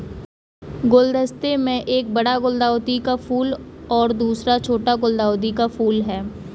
गुलदस्ते में एक बड़ा गुलदाउदी का फूल और दूसरा छोटा गुलदाउदी का फूल है